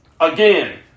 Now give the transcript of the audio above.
Again